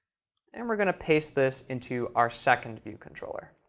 and we're going to paste this into our second view controller.